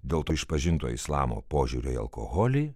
dėl to išpažinto islamo požiūrio į alkoholį